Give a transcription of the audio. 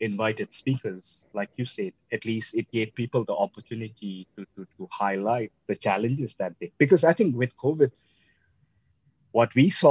invited speakers like you said at least it gave people the opportunity to highlight the challenges that they because i think with covid what we saw